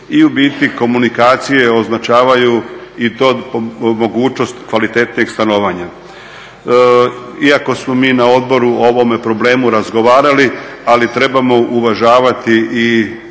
cestu i komunikacije označavaju i to po mogućnost kvalitetnijeg stanovanja. Iako smo mi na odboru o ovome problemu razgovarali, ali trebamo uvažavati i